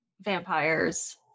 vampire's